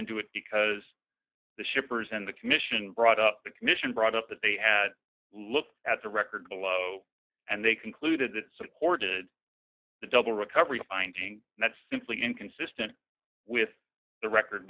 into it because the shippers and the commission brought up the commission brought up that they had looked at the record below and they concluded that supported the double recovery finding that's simply inconsistent with the record